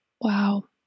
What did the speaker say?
Wow